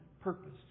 purpose